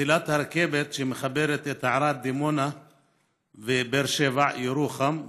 מסילת הרכבת שמחברת את ערד דימונה ובאר שבע ירוחם,